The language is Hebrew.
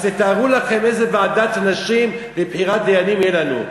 אז תתארו לכם איזו ועדת נשים לבחירת דיינים תהיה לנו.